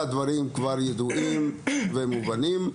הדברים כבר ידועים ומובנים.